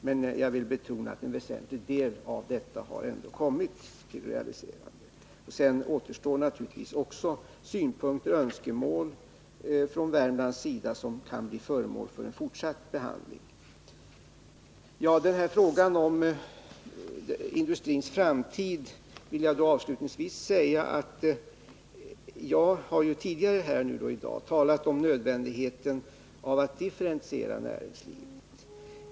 Men jag vill betona att en väsentlig del ändå har kommit att utföras. Sedan återstår naturligtvis synpunkter och önskemål från Värmland som kan bli föremål för fortsatt behandling. Beträffande frågan om industrins framtid vill jag avslutningsvis säga att jag tidigare i dag har talat om nödvändigheten av att differentiera näringslivet.